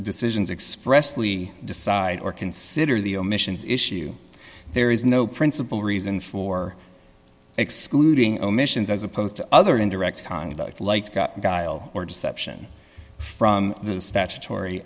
decisions expressly decide or consider the omissions issue there is no principal reason for excluding omissions as opposed to other indirect contact like guile or deception from the statutory